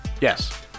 Yes